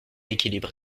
équilibré